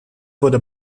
wurde